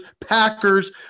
packers